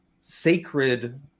sacred